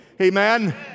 amen